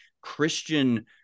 Christian